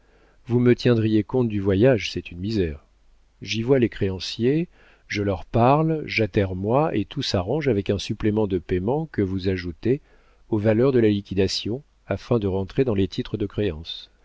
vous me tiendriez compte du voyage c'est une misère j'y vois les créanciers je leur parle j'attermoie et tout s'arrange avec un supplément de payement que vous ajoutez aux valeurs de la liquidation afin de rentrer dans les titres de créances